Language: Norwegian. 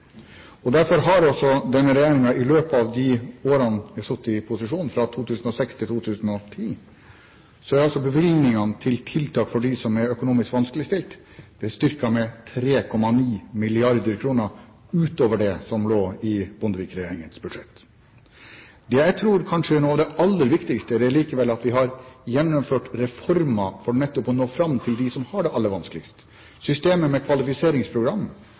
det. Derfor har denne regjeringen i løpet av de årene vi har sittet i posisjon, fra 2006 til 2010, styrket bevilgningene til tiltak for dem som er økonomisk vanskeligstilte, med 3,9 mrd. kr utover det som lå i Bondevik-regjeringens budsjett. Det jeg tror er kanskje noe av det aller viktigste, er likevel at vi har gjennomført reformer for nettopp å nå fram til dem som har det aller vanskeligst. Systemet med kvalifiseringsprogram